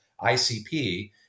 ICP